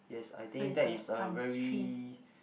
yes I think that is a very